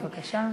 בבקשה.